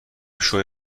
شوی